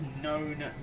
Known